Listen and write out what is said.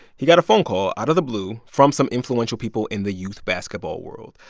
he got a phone call out of the blue from some influential people in the youth basketball world.